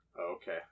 Okay